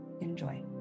enjoy